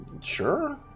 Sure